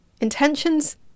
Intentions